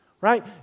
right